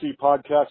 podcast